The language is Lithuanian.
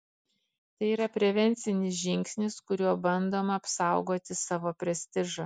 tai yra prevencinis žingsnis kuriuo bandoma apsaugoti savo prestižą